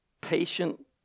patient